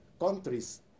countries